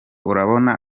urabona